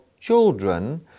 children